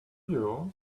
yours